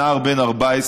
נער בן 14,